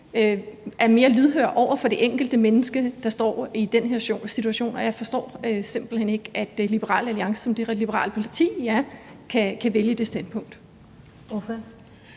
er mere lydhør over for det enkelte menneske, der står i den situation, og jeg forstår simpelt hen ikke, at Liberal Alliance som det liberale parti, I er, kan vælge det standpunkt.